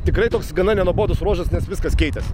tikrai toks gana nenuobodus ruožas nes viskas keitėsi